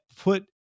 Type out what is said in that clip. put